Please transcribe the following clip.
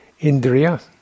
indriya